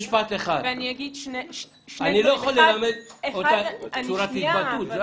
אני לא יכול ללמד אותה צורת התבטאות.